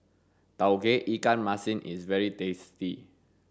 tauge ikan masin is very tasty